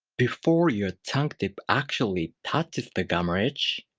before your tongue tip actually touches the gum ridge,